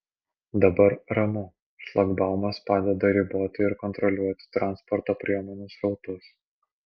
dabar ramu šlagbaumas padeda riboti ir kontroliuoti transporto priemonių srautus